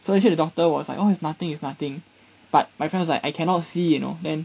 so actually the doctor was like oh it's nothing it's nothing but my friend was like I cannot see you know then